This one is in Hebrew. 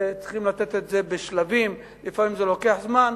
צריכים לתת את זה בשלבים, לפעמים זה לוקח זמן.